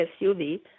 SUV